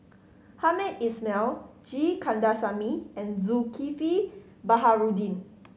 Hamed Ismail G Kandasamy and Zulkifli Baharudin